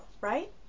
right